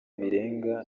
birenga